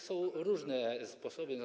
Są różne sposoby.